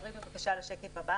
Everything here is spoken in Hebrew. (שקף: השקעה מול השפעה).